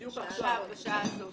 בדיוק עכשיו בשעה הזאת.